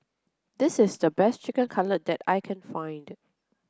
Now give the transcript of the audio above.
this is the best Chicken Cutlet that I can find